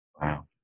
Wow